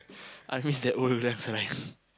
I miss that old that old ref rice